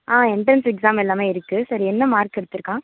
entrance exam எல்லாமே இருக்குது சரி என்ன மார்க் எடுத்துருக்கான்